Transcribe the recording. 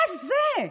מה זה?